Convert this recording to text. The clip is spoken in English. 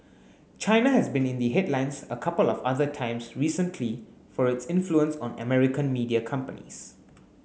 China has been in the headlines a couple of other times recently for its influence on American media companies